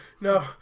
no